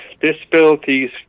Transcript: disabilities